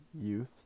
youth